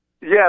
Yes